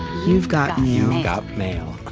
you've got got mail.